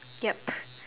ya